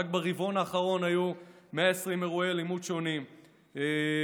הרי הדברים האלה נדונים עכשיו בוועדת החקירה.